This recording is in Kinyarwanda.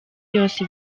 yose